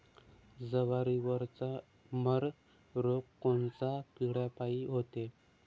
जवारीवरचा मर रोग कोनच्या किड्यापायी होते?